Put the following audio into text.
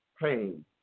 pain